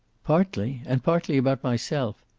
partly. and partly about myself.